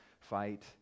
fight